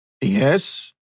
Yes